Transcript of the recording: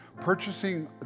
purchasing